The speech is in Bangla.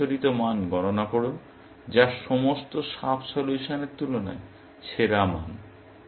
এর সংশোধিত মান গণনা করুন যা সমস্ত সাব সলিউশনের তুলনায় সেরা মান